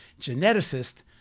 geneticist